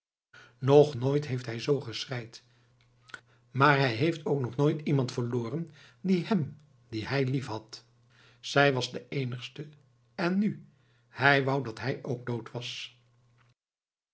nog nooit heeft hij z geschreid maar hij heeft ook nog nooit iemand verloren die hem die hij liefhad zij was de eenigste en nu hij wou dat hij ook dood was